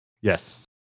Yes